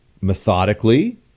methodically